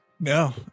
No